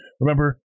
Remember